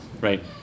right